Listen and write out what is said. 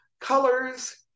colors